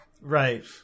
Right